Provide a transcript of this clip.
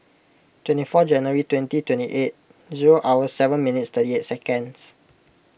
twenty Jan twenty twenty eight zero hours seven minutes thirty eight seconds